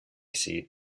seat